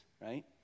right